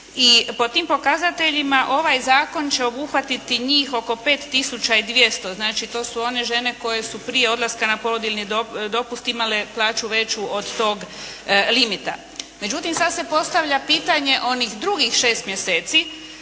I po tim pokazateljima ovaj zakon će obuhvatiti njih oko 5 tisuća i 200. Znači, to su one žene koje su prije odlaska na porodiljni dopust imale plaću veću od tog limita. Međutim, sad se postavlja pitanje onih drugih šest mjeseci